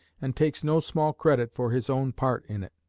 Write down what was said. and takes no small credit for his own part in it.